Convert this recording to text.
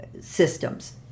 systems